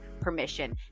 permission